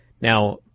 now